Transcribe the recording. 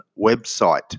website